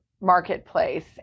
marketplace